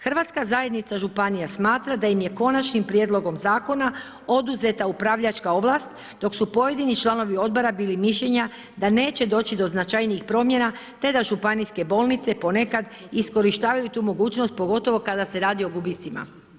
Hrvatska zajednica županija smatra da im je konačnim prijedlogom zakona oduzeta upravljačka ovlast dok su pojedini članovi odbora bili mišljenja da neće doći do značajnih promjena te da županijske bolnice ponekad iskorištavaju tu mogućnost pogotovo kada se radi o gubicima.